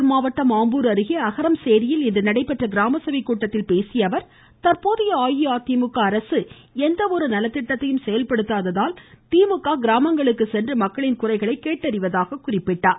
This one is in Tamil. வேலூர் மாவட்டம் ஆம்பூர் அருகே அகரம்சேரியில் இன்று நடைபெற்ற கிராமசபை கூட்டத்தில் பேசிய அவர் தற்போதைய அஇஅதிமுக அரசு எந்த ஒரு நலத்திட்டத்தையும் செயல்படுத்ததால் திமுக கிராமங்களுக்கு சென்று மக்களின் குறைகளை கேட்டறிவதாக குறிப்பிட்டார்